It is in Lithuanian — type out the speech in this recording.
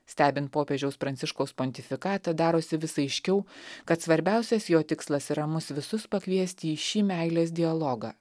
stebint popiežiaus pranciškaus pontifikatą darosi vis aiškiau kad svarbiausias jo tikslas yra mus visus pakviesti į šį meilės dialogą